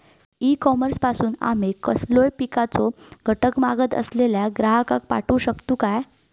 E commerce पासून आमी कसलोय पिकाचो घटक मागत असलेल्या ग्राहकाक पाठउक शकतू काय?